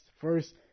first